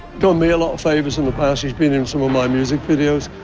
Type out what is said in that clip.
got me a lot of favors in the past he's been in some of my music videos.